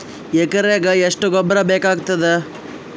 ಎಕರೆಗ ಎಷ್ಟು ಗೊಬ್ಬರ ಬೇಕಾಗತಾದ?